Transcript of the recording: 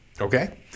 Okay